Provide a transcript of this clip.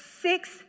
Six